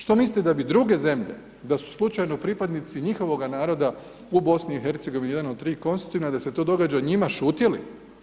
Što mislite da bi duge zemlje da su slučajno pripadnici njihovoga naroda u BiH-u, jedan od 3 konstitutivna, da se to događanjima njima, šutjeli?